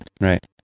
Right